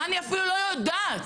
אני אפילו לא יודעת.